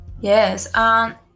Yes